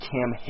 Cam